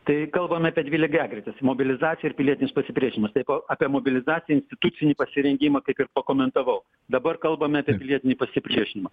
tai kalbam apie dvi lygiagretes mobilizacija ir pilietinis pasipriešinimas tai po apie mobilizacinį institucinį pasirengimą kaip ir pakomentavau dabar kalbam apie pilietinį pasipriešinimą